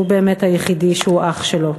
שהוא באמת היחידי שהוא אח שלו.